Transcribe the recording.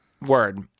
Word